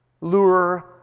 lure